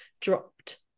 dropped